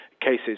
cases